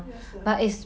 ya sia